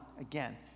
again